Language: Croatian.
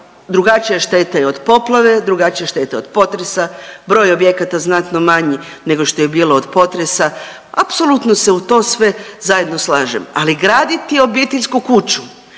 drugačija šteta je od poplave, drugačija je šteta od potresa, broj objekata je znatno manji nego što je bilo od potresa, apsolutno se u to sve zajedno slažem, ali graditi obiteljsku kuću